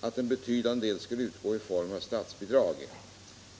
att en betydande del skulle utgå i form av statsbidrag.